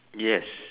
yes